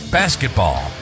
basketball